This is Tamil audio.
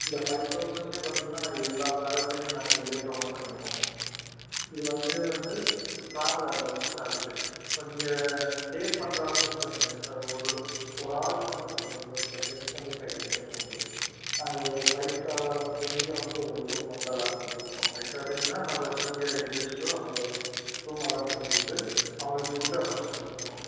இந்த ஃபைவ் தௌசண்ட்லே பார்த்தீங்கன்னா நான் எல்லா பேலஸையும் நாங்கள் இதுலேயே கவர் பண்ணிடுவோம் இது வந்து வந்து ட்ராவல் அலோவ் சார்ஜு இப்போ நீங்கள் ஸ்டே பண்ணுறாப்புலன்னு பார்த்தீங்கன்னா சார் ஒரு ஒரு ஆளுக்கு வந்து ஃபைவ் ஹண்ரட் பெர் ஹெட்க்கு வந்து ஃபைவ் ஹண்ட்ரட் கௌண்ட்டு நாங்கள் ஒரு ஃபைவ் ஸ்டார் ரேஞ்சியில் வந்து ஒரு ரூம் வந்து அலாட் பண்ணிக் கொடுப்போம் ஃபைவ் ஸ்டார் ரேஞ்சுன்னா நம்ம சிவகங்கையில் எது பெஸ்ட்டோ அங்கே ரூம் அலாட் பண்ணி கொடுத்து அவங்களுக்கு ஃபுட் அலோவன்ஸும் கொடுத்துடுவோம்